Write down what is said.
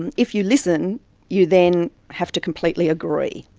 and if you listen you then have to completely agree,